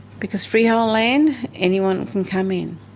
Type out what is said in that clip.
because freehold land, anyone can come in,